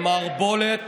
למערבולת